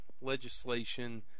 legislation